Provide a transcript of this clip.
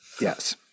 Yes